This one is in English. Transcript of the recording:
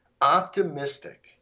optimistic